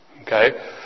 Okay